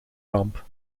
ramp